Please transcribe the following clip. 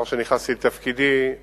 1. האם הינך ממשיך בהנהגת הקוד האתי במשרדך?